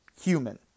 human